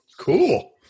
Cool